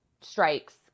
strikes